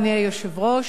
אדוני היושב-ראש,